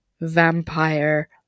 vampire